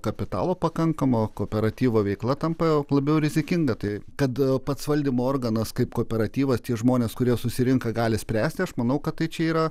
kapitalo pakankamo kooperatyvo veikla tampa labiau rizikinga tai kad pats valdymo organas kaip kooperatyvas tie žmonės kurie susirenka gali spręsti aš manau kad tai čia yra